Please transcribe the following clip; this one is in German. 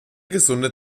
gesunde